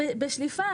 אני אומרת בשליפה.